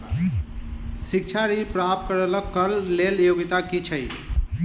शिक्षा ऋण प्राप्त करऽ कऽ लेल योग्यता की छई?